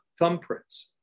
thumbprints